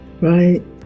Right